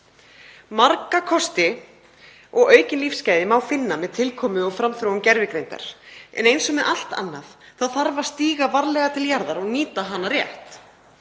Marga kosti og aukin lífsgæði má finna með tilkomu og framþróun gervigreindar en eins og með allt annað þarf að stíga varlega til jarðar og nýta hana rétt.